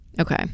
okay